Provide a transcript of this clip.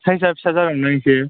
साइजआ फिसा जागोन ना इसे